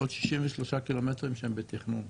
ועוד 63 קילומטרים שהם בתכנון.